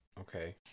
Okay